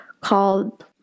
called